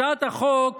הצעת החוק